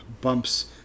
bumps